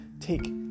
take